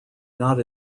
not